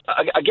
again